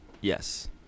Yes